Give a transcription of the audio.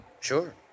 Sure